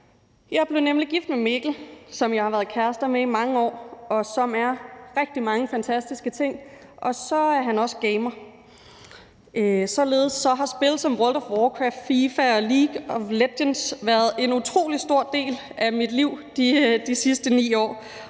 Jeg blev nemlig gift med Mikkel, som jeg har været kæreste med i mange år, og som er rigtig mange fantastiske ting, og så er han også gamer. Således har spil som »World of Warcraft«, »FIFA« og »League of Legends« været en utrolig stor del af mit liv de sidste 9 år,